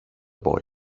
boy